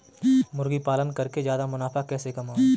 मुर्गी पालन करके ज्यादा मुनाफा कैसे कमाएँ?